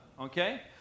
Okay